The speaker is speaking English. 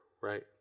Right